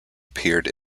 appeared